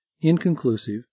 inconclusive